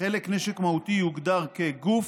חלק נשק מהותי יוגדר כגוף,